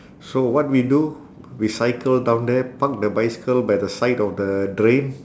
so what we do we cycle down there park the bicycle by the side of the drain